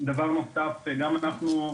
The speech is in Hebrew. דבר נוסף: גם אנחנו,